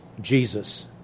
Jesus